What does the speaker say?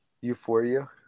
euphoria